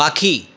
পাখি